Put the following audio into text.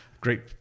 Great